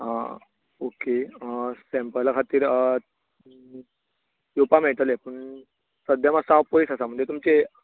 आं ऑके सॅम्पला खातीर येवपा मेळटलें पूण सद्या मात्सो हांव पयस आसा म्हणजे तुमचें